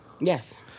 Yes